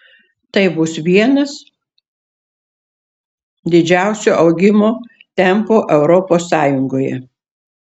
tai bus vienas didžiausių augimo tempų europos sąjungoje